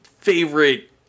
favorite